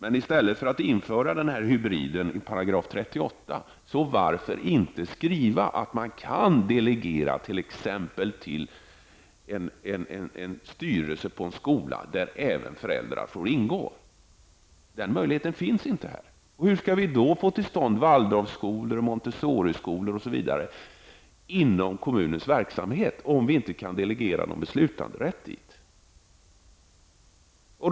I stället för att införa denna hybrid i 38 § skulle man kunna skriva in att man kan delegera t.ex. till en styrelse på en skola där även föräldrar får ingå. Den möjligheten finns inte. Hur skall vi få Waldorfskolor, Montessoriskolor osv. inom den kommunala verksamheten om vi inte kan delegera beslutanderätt till kommunerna?